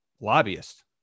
lobbyist